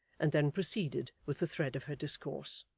and then proceeded with the thread of her discourse.